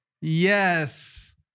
Yes